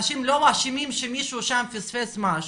אנשים לא אשמים שמישהו שם פספס משהו.